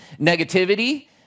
negativity